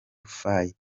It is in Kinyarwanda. faye